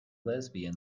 lesbian